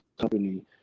company